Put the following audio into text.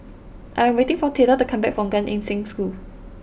I am waiting for Theda to come back from Gan Eng Seng School